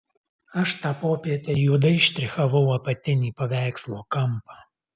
aš tą popietę juodai štrichavau apatinį paveikslo kampą